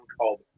called